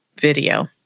video